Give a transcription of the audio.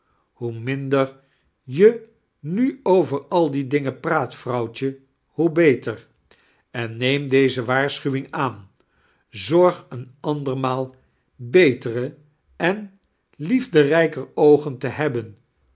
hoe minder je nu over al die dimgen praat vrouwtje hoe beter en neem deae waarschuwing aan ziorg een andermaal betere en mefderijker oogen te hebben